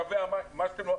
קווי המים וכולי.